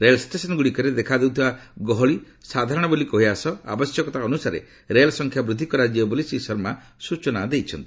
ରେଳ ଷ୍ଟେସନ୍ଗୁଡ଼ିକରେ ଦେଖାଦେଉଥିବା ଗହଳି ସାଧାରଣ ବୋଲି କହିବା ସହ ଆବଶ୍ୟକତା ଅନୁସାରେ ରେଳ ସଂଖ୍ୟା ବୃଦ୍ଧି କରାଯିବ ବୋଲି ଶ୍ରୀ ଶର୍ମା ସ୍ୱଚନା ଦେଇଛନ୍ତି